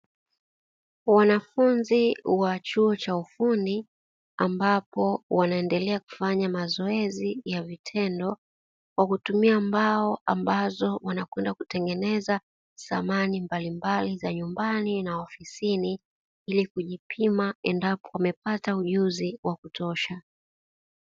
Wanafunzi wa chuo cha ufundi ambapo wanaendelea kufanya mazoezi ya vitendo, kwa kutumia mbao ambazo wanakwenda kutengeneza samani mbalimbali za nyumbani na ofisini ili kujipima endapo wamepata ujuzi wa kutosha.